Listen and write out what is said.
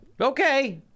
Okay